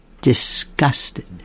disgusted